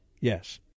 yes